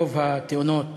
רוב התאונות